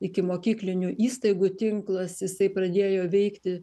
ikimokyklinių įstaigų tinklas jisai pradėjo veikti